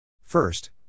First